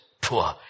poor